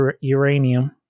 uranium